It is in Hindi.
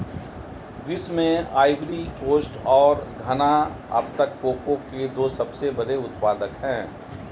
विश्व में आइवरी कोस्ट और घना अब तक कोको के दो सबसे बड़े उत्पादक है